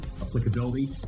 applicability